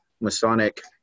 Masonic